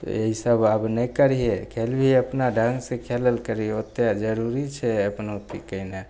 ईसब आब नहि करिहेँ खेलबही अपना ढङ्गसे खेलल करही ओतेक जरूरी छै अपना ई कएने